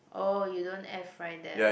oh you don't air fry them